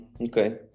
Okay